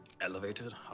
elevated